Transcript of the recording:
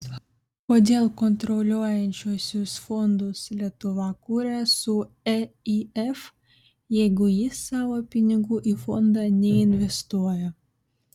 kodėl kontroliuojančiuosius fondus lietuva kuria su eif jeigu jis savo pinigų į fondą neinvestuoja